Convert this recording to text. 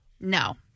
No